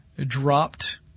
dropped